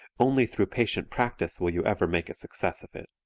only through patient practice will you ever make a success of it.